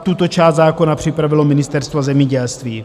Tuto část zákona připravilo Ministerstvo zemědělství.